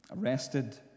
arrested